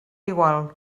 igual